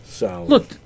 Look